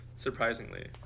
surprisingly